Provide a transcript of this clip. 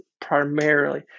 primarily